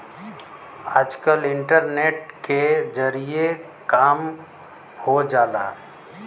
आजकल इन्टरनेट के जरिए काम हो जाला